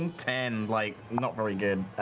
and ten. like not very good